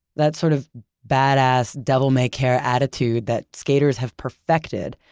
that sort of badass, devil-may-care attitude that skaters have perfected,